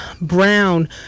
Brown